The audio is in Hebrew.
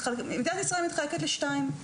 מדינת ישראל מתחלקת לשניים.